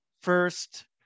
first